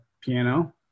piano